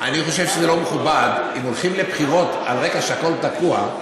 אני חושב שאם הולכים לבחירות על רקע שהכול תקוע,